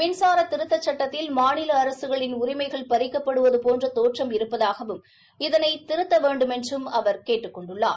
மின்சார திருத்தச் சுட்டத்தில் மாநில அரசுகளின் உரிமைகள் பறிக்கப்படுவது போன்ற தோற்றம் இருப்பதாகவும் இதனை திருத்த வேண்டுமென்றும் அவர் கேட்டுக் கொண்டுள்ளார்